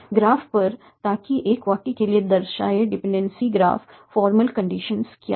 graph पर ताकि एक वाक्य के लिए दर्शाए डिपेंडेंसी ग्राफ फॉर्मल कंडीशन क्या हैं